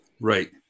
Right